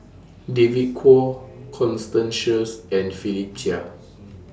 David Kwo Constance Sheares and Philip Chia